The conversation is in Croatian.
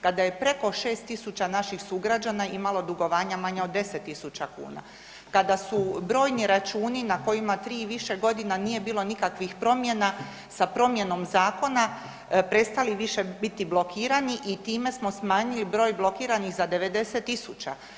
kada je preko 6.000 naših sugrađana imalo dugovanja manja od 10.000 kuna, kada su brojni računi na kojima tri i više godina nije bilo nikakvih promjena sa promjenom zakona prestali više biti blokirani i time smo smanjili broj blokiranih za 90.000.